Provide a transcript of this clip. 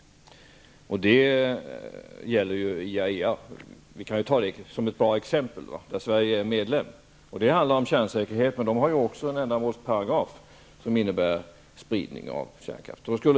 Det gäller t.ex. IAEA -- jag kan ta det som ett bra exempel, eftersom Sverige är medlem. Det handlar om kärnsäkerhet. IAEA har också en ändamålsparagraf som innebär spridning av kärnkraft.